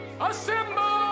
assemble